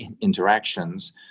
interactions